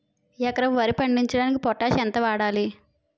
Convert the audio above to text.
ఎకరం వరి పండించటానికి పొటాష్ ఎంత వాడాలి?